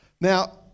Now